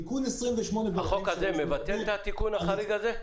תיקון 28 --- החוק הזה מבטל את התיקון החריג הזה?